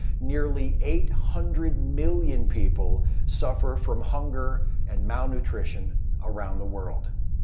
nearly eight hundred million people suffer from hunger and malnutrition around the world.